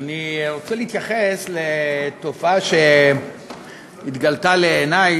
אני רוצה להתייחס לתופעה שהתגלתה לעיני,